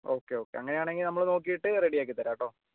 okay okay അങ്ങനെയാണെങ്കിൽ നമ്മൾ നോക്കിയിട്ട് റെഡി ആക്കി തരാം കേട്ടോ